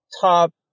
top